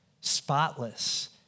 spotless